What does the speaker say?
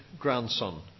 grandson